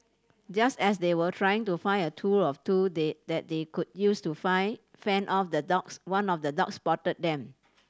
just as they were trying to find a tool or two they that they could use to find fend off the dogs one of the dogs spotted them